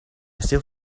still